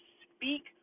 speak